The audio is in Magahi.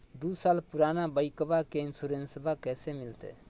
दू साल पुराना बाइकबा के इंसोरेंसबा कैसे मिलते?